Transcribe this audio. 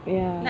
ya